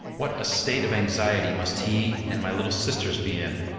what a state of anxiety must he and my little sisters be in,